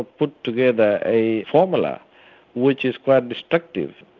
put together a formula which is quite destructive,